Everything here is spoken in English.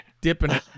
Dipping